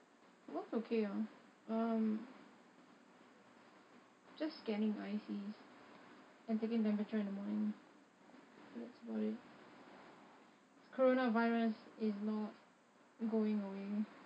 work is okay ah um just scanning the I_C and taking temperature in the morning that's about it coronavirus is not going away